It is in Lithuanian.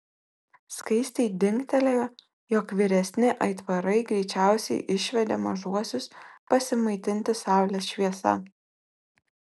skaistei dingtelėjo jog vyresni aitvarai greičiausiai išvedė mažuosius pasimaitinti saulės šviesa